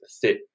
fit